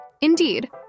Indeed